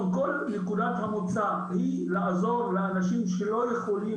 כל נקודת המוצא היא לעזור לאנשים שלא יכולים